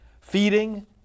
feeding